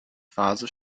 phase